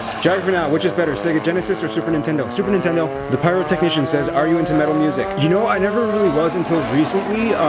geographynow which is better, sega genesis or super nintendo? super nintendo. thepyrotechnician says are you into metal music? you know, i never really was until recently.